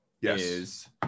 Yes